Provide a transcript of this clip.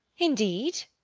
indeed!